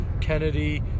Kennedy